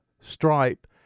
Stripe